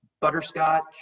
butterscotch